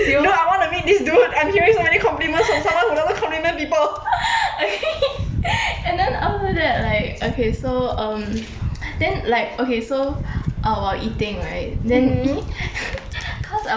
and then after that like okay so um then like okay so ah while eating right then he cause I was very awkward mah